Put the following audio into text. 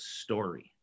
story